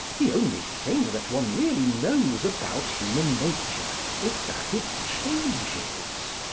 the only thing that one really knows about human nature is that it changes.